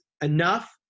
enough